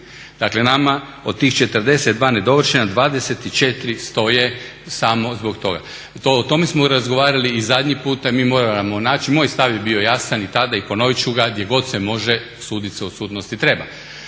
Dakle nama od tih 42 nedovršena 24 stoje samo zbog toga. O tome smo razgovarali i zadnji puta. Mi moramo naći, moj stav je bio jasan i tada i ponovit ću ga gdje god se može sudit se u odsutnosti treba.